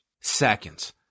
seconds